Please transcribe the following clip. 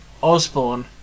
Osborne